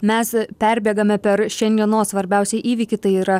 mes perbėgame per šiandienos svarbiausią įvykį tai yra